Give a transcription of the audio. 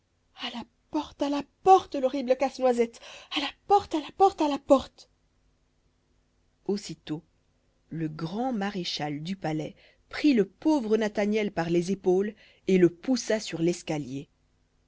a la porte à la porte l'horrible casse-noisette à la porte à la porte à la porte aussitôt le grand maréchal du palais prit le pauvre nathaniel par les épaules et le poussa sur l'escalier